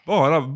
Bara